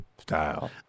style